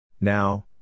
Now